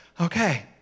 okay